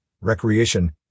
Recreation